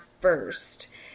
first